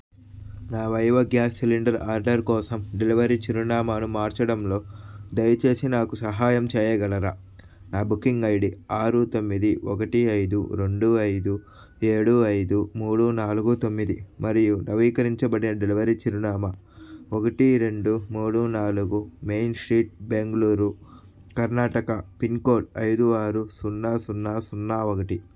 నా వైవా gas cylinder order కోసం డెలివరీ చిరునామాను మార్చడంలో దయచేసి నాకు సహాయం చేయగలరా నా బుకింగ్ ఐడి ఆరు తొమ్మిది ఒకటి ఐదు రొండు ఐదు ఏడు ఐదు మూడు నాలుగు తొమ్మిది మరియు నవీకరించబడిన డెలివరీ చిరునామా ఒకటి రెండు మూడు నాలుగు main street Bengaluru Karnataka pincode ఐదు ఆరు సున్నా సున్నా సున్నా ఒకటి